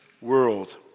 world